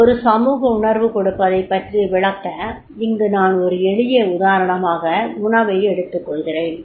ஒரு சமூக உணர்வு கொடுப்பதைப் பற்றி விளக்க இங்கு நான்ஒரு எளிய உதாரணமாக உணவு ஐ எடுத்துக் கொள்கிறேன்